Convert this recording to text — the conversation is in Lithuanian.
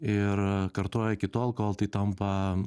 ir kartoja iki tol kol tai tampa